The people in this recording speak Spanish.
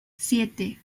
siete